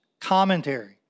commentary